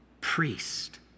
priest